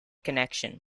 connection